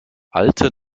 alte